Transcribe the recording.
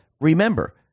remember